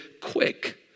quick